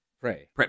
Pray